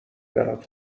برات